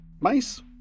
mice